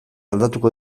aldatuko